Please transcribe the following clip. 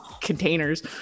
containers